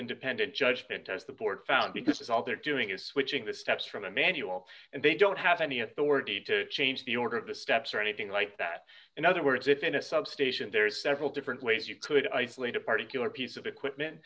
independent judgment as the board found because all they're doing is switching the steps from the manual and they don't have any authority to change the order of the steps or anything like that in other words if in a substation there's several different ways you could isolate a particularly piece of equipment